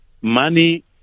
Money